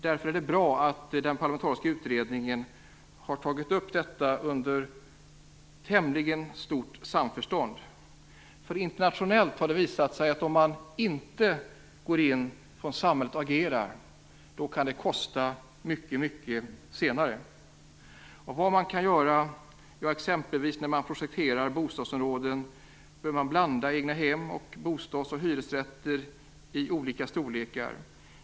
Därför är det bra att den parlamentariska utredningen har tagit upp detta i tämligen stort samförstånd. Internationellt har det visat sig att om samhället inte går in och agerar kan kostnaden bli stor senare. Vad kan man då göra? När man t.ex. projekterar bostadsområden bör man blanda egnahem, bostadsoch hyresrätter i olika storlekar.